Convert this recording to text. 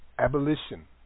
Abolition